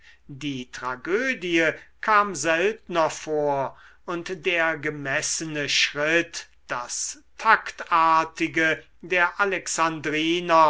die tragödie kam seltner vor und der gemessene schritt das taktartige der alexandriner